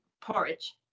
porridge